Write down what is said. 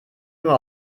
nur